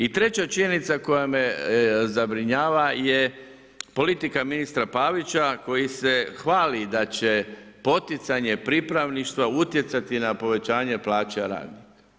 I treća činjenica koja me zabrinjava je politika ministra Pavića koji se hvali da će poticanje pripravništva utjecati na povećanje plaća radnika.